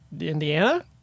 Indiana